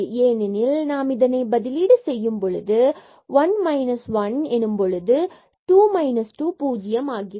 ஏனெனில் நாம் இதனை பதிலீடு செய்யும் பொழுது 1 1 2 2 பூஜ்ஜியம் ஆகிறது